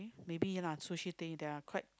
maybe ya lah Sushi Tei they are quite quite